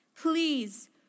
Please